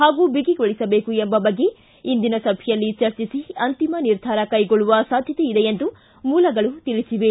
ಹಾಗೂ ಬಿಗಿಗೊಳಿಸಬೇಕು ಎಂಬ ಬಗ್ಗೆ ಇಂದಿನ ಸಭೆಯಲ್ಲಿ ಚರ್ಚಿಸಿ ಅಂತಿಮ ನಿರ್ಧಾರ ಕೈಗೊಳ್ಳುವ ಸಾಧ್ಯತೆ ಇದೆ ಎಂದು ಮೂಲಗಳು ತಿಳಿಸಿವೆ